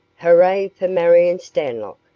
hooray for marion stanlock!